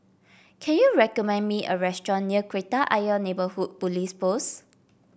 can you recommend me a restaurant near Kreta Ayer Neighbourhood Police Post